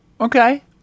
Okay